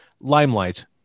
Limelight